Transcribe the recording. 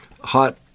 hot